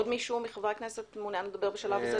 עוד מישהו מחברי הכנסת מעונין לדבר בשלב זה?